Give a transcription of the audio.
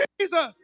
Jesus